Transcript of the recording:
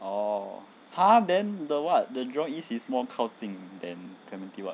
oh !huh! then the what the jurong east is more 靠近 than clementi [what]